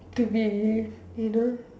to be you know